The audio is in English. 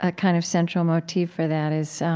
ah kind of central motif for that is so